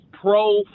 pro